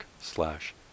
slash